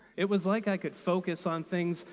it was like i could focus on things,